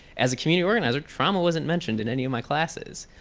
as a community organizer trauma wasn't mentioned in any of my classes,